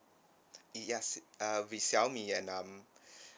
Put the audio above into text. yes uh with Xiaomi and um